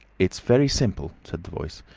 it's very simple, said the voice.